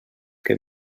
que